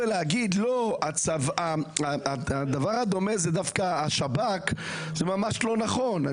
לומר שהדבר הדומה זה דווקא השב"כ, זה ממש לא נכון.